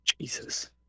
Jesus